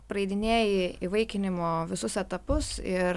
praeidinėji įvaikinimo visus etapus ir